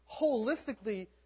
holistically